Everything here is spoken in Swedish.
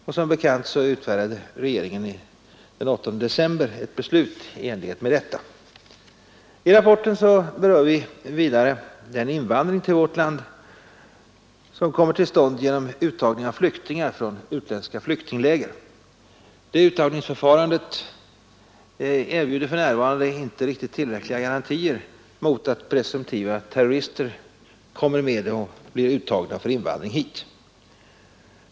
Regeringen har den 8 december 1972 fattat beslut i enlighet med denna hemställan. I rapporten berörs vidare den invandring till vårt land, som kommer till stånd genom uttagning av flyktingar från utländska flyktingläger. Uttagningsförfarandet synes inte erbjuda tillräckliga garantier mot att presumtiva terrorister tas ut för invandring hit.